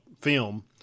film